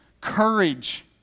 courage